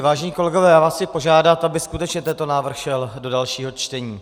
Vážení kolegové, já vás chci požádat, aby skutečně tento návrh šel do dalšího čtení.